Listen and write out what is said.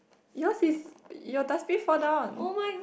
yours is your dustbin fall down